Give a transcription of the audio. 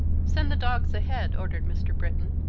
send the dogs ahead! ordered mr. britton.